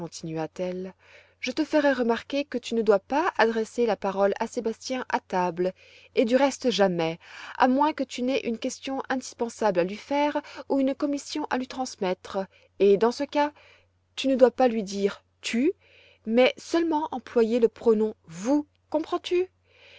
je te ferai remarquer que tu ne dois pas adresser la parole à sébastien à table et du reste jamais à moins que tu n'aies une question indispensable à lui faire ou une commission à lui transmettre et dans ce cas tu ne dois pas lui dire tu mais seulement employer le pronom vous comprends-tu